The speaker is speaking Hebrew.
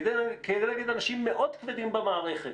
כנגד אנשים מאוד כבדים במערכת.